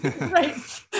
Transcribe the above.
Right